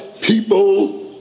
people